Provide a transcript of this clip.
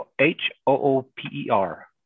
h-o-o-p-e-r